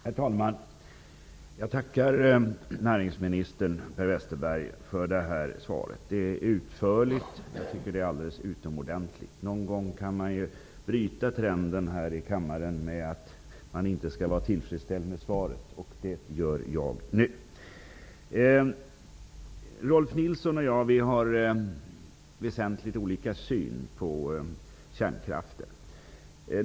Herr talman! Jag tackar näringsminister Per Westerberg för detta svar. Det är utförligt och alldeles utomordentligt. Någon gång kan man bryta trenden här i kammaren att inte vara tillfredsställd med svaret, och det gör jag nu. Rolf L Nilson och jag har väsentligt olika syn på kärnkraften.